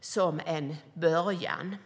som en början.